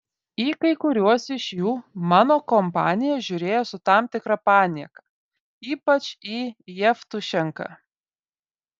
į kai kuriuos iš jų mano kompanija žiūrėjo su tam tikra panieka ypač į jevtušenką